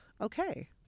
Okay